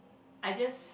I just